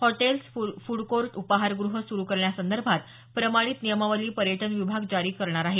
hotels food court उपाहारगृह सुरू करण्यासंदर्भात प्रमाणित नियमावली पर्यटन विभाग जारी करणार आहे